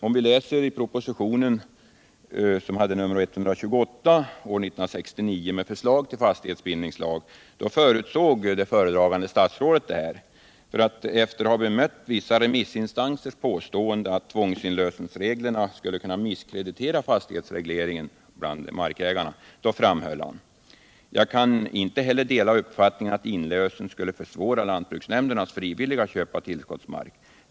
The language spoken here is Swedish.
Om vi läser i propositionen, nr 128, från år 1969 med förslag till fastighetsbildningslag så ser vi att föredragande statsrådet förutsåg vad som skulle komma att inträffa. Efter att ha bemött vissa remissinstansers farhågor för att tvångsinlösensreglerna skulle misskreditera fastighetsregleringen bland markägarna framhöll han: ”Jag kan inte heller dela uppfattningen att inlösen skulle försvåra lantbruksnämndernas frivilliga inköp av tillskottsmark.